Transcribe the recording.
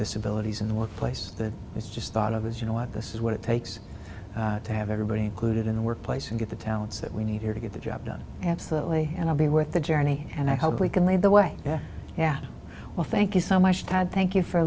disabilities in the workplace that is just thought of as you know what this is what it takes to have everybody included in the workplace and get the talents that we need here to get the job done absolutely and i'll be with the journey and i hope we can lead the way yeah yeah well thank you so much tied thank you for